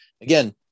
again